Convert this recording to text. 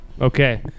Okay